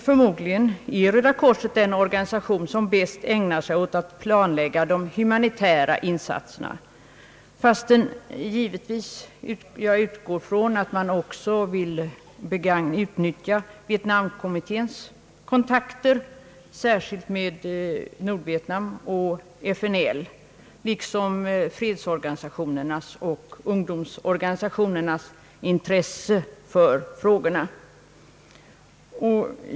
Förmodligen är Röda korset den organisation som bäst ägnar sig åt att planlägga de humanitära insatserna, fastän jag givetvis utgår från att man också vill utnyttja Vietnamkommitténs kontakter, särskilt med Nordvietnam och FNL, liksom fredsorganisationernas och ungdomsorganisationernas intresse för frågorna.